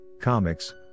comics